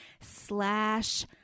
slash